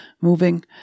moving